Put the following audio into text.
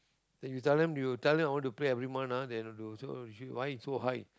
then you tell them you tell them I want to pay every month ah they show why so high